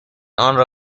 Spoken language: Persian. آنرا